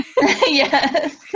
Yes